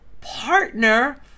partner